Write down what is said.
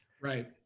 right